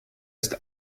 ist